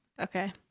Okay